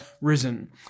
risen